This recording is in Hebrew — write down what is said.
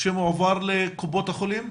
שמועבר לקופות החולים?